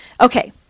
Okay